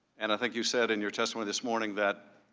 and i think you said in your testimony this morning that